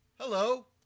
hello